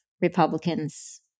Republicans